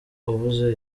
wavuze